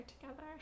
together